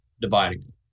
dividing